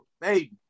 baby